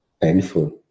painful